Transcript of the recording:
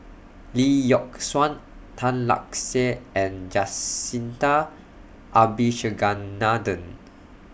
Lee Yock Suan Tan Lark Sye and Jacintha Abisheganaden